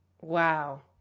wow